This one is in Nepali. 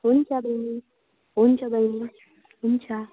हुन्छ बहिनी हुन्छ बहिनी हुन्छ